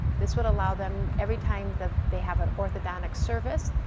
this would allow them, every time that they have an orthodontic service,